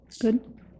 good